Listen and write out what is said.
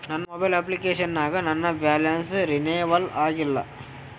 ನನ್ನ mobile application ನಾಗ ನನ್ ಬ್ಯಾಲೆನ್ಸ್ ರೀನೇವಲ್ ಆಗಿಲ್ಲ